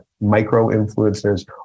micro-influencers